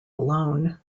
alone